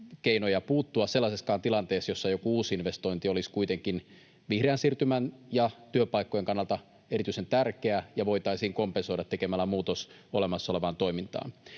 keinoja puuttua sellaisessakaan tilanteessa, jossa joku uusi investointi olisi kuitenkin vihreän siirtymän ja työpaikkojen kannalta erityisen tärkeä ja voitaisiin kompensoida tekemällä muutos olemassa olevaan toimintaan.